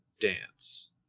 dance